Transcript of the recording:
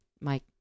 mike